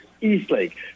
Eastlake